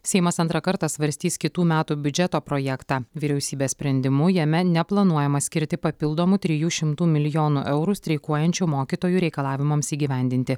seimas antrą kartą svarstys kitų metų biudžeto projektą vyriausybės sprendimu jame neplanuojama skirti papildomų trijų šimtų milijonų eurų streikuojančių mokytojų reikalavimams įgyvendinti